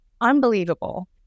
Unbelievable